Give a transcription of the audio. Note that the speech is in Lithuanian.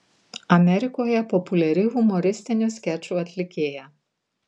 amerikoje populiari humoristinių skečų atlikėja